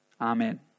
Amen